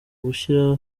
gushyira